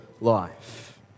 life